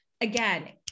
Again